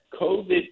COVID